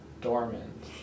dormant